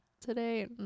today